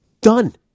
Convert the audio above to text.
done